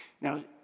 Now